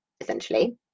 essentially